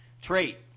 Trait